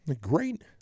Great